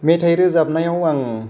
मेथाइ रोजाबनायाव आं